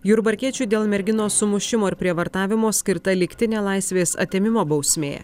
jurbarkiečiui dėl merginos sumušimo ir prievartavimo skirta lygtinė laisvės atėmimo bausmė